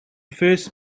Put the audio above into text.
first